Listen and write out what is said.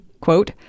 quote